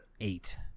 Eight